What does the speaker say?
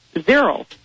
Zero